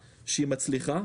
מצליחה.